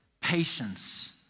patience